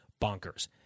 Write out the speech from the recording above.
bonkers